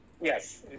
Yes